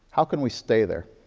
how can we stay there?